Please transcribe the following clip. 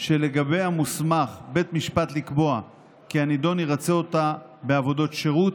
שלגביה מוסמך בית משפט לקבוע כי הנידון ירצה אותה בעבודות שירות,